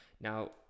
Now